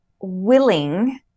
willing